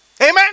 Amen